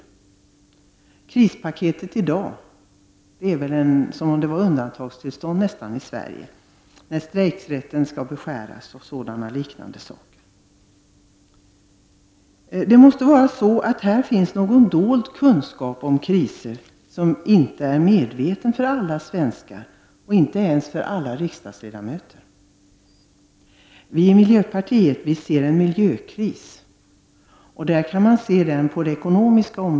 Det krispaket som presenterades i dag innebär att det nästan är fråga om undantagstillstånd i Sverige nu när strejkrätten skall beskäras. Här måste finnas någon dold kunskap om kriser som inte är tillgänglig för alla svenskar, inte ens för alla riksdagsledamöter. Vi i miljöpartiet ser en miljökris.